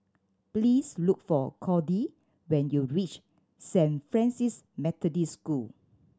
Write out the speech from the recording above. please look for Kody when you reach Saint Francis Methodist School